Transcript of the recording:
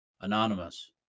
anonymous